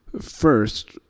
First